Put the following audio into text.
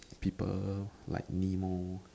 people like nemo